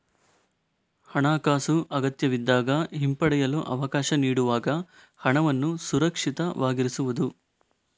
ಹಣಾಕಾಸು ಅಗತ್ಯವಿದ್ದಾಗ ಹಿಂಪಡೆಯಲು ಅವಕಾಶ ನೀಡುವಾಗ ಹಣವನ್ನು ಸುರಕ್ಷಿತವಾಗಿರಿಸುವುದು